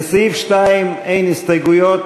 לסעיף 2 אין הסתייגויות.